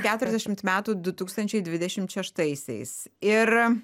keturiasdešimt metų du tūkstančiai dvidešimt šeštaisiais ir